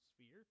sphere